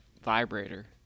vibrator